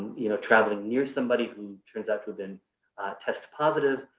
you know, traveling near somebody who turns out to have been test positive,